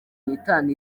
n’itanu